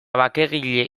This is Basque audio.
bakegile